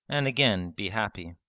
and again be happy.